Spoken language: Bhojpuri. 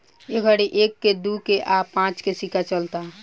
ए घड़ी एक के, दू के आ पांच के सिक्का चलता